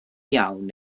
iawn